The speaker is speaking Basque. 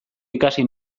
ikasi